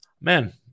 man